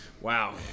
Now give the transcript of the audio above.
wow